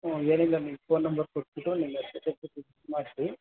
ಹ್ಞೂ ಏನಿಲ್ಲ ನೀವು ಫೋನ್ ನಂಬರ್ ಕೊಟ್ಬಿಟ್ಟು ನಿಮ್ಮ ಹೆಸ್ರು ಕೊಟ್ಟು ಬುಕ್ ಮಾಡಿಸಿ